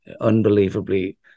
unbelievably